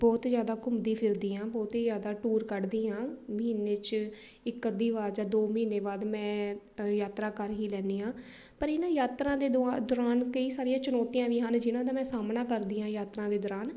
ਬਹੁਤ ਜ਼ਿਆਦਾ ਘੁੰਮਦੀ ਫਿਰਦੀ ਹਾਂ ਬਹੁਤ ਹੀ ਜ਼ਿਆਦਾ ਟੂਰ ਕੱਢਦੀ ਹਾਂ ਮਹੀਨੇ 'ਚ ਇੱਕ ਅੱਧੀ ਵਾਰ ਜ਼ਾਂ ਦੋ ਮਹੀਨੇ ਬਾਅਦ ਮੈਂ ਯਾਤਰਾ ਕਰ ਹੀ ਲੈਂਦੀ ਹਾਂ ਪਰ ਇਹ ਨਾ ਯਾਤਰਾ ਦੇ ਦੌਰਾਨ ਕਈ ਸਾਰੀਆਂ ਚੁਣੌਤੀਆਂ ਵੀ ਹਨ ਜਿਹਨਾਂ ਦਾ ਮੈਂ ਸਾਹਮਣਾ ਕਰਦੀ ਹਾਂ ਯਾਤਰਾ ਦੇ ਦੌਰਾਨ